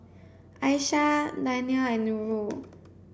Aisyah Daniel and Nurul